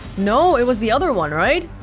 no, it was the other one, right?